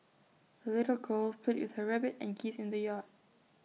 the little girl played with her rabbit and geese in the yard